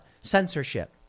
censorship